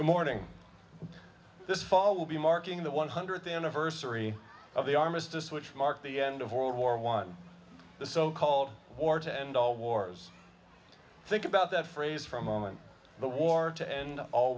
the morning this fall will be marking the one hundredth anniversary of the armistice which marked the end of world war one the so called or to end all wars think about that phrase for a moment the war to end all